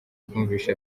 twumvise